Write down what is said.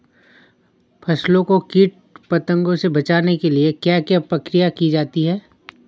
फसलों को कीट पतंगों से बचाने के लिए क्या क्या प्रकिर्या की जाती है?